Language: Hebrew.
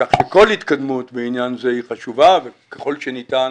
כך שכל התקדמות בעניין זה היא חשובה וככל שניתן